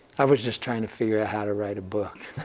i was just trying to figure out how to write a book,